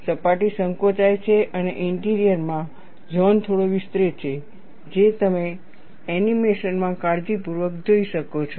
સપાટી સંકોચાય છે અને ઇન્ટિરિયરમાં ઝોન થોડો વિસ્તરે છે જે તમે એનિમેશન માં કાળજીપૂર્વક જોઈ શકો છો